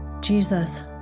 Jesus